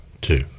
two